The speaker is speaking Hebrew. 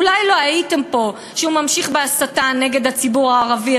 אולי לא הייתם פה כשהוא ממשיך בהסתה נגד הציבור הערבי,